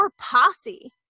posse